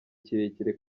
kirekire